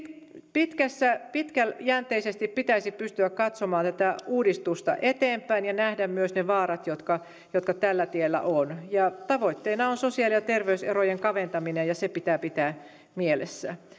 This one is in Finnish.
pitkäjänteisesti pitäisi pystyä katsomaan tätä uudistusta eteenpäin ja nähdä myös ne vaarat jotka jotka tällä tiellä on tavoitteena on sosiaali ja terveyserojen kaventaminen ja se pitää pitää mielessä